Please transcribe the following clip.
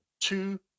two